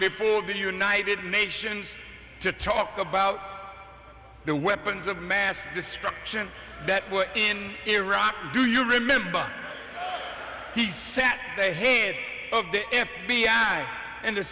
before the united nations to talk about the weapons of mass destruction that were in iraq do you remember he said they hear of the f b i in the